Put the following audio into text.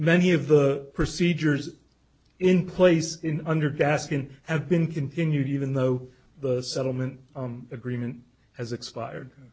many of the procedures in place in under gaskin have been continued even though the settlement agreement has expired